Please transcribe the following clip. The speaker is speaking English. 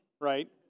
right